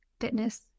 fitness